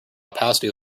opacity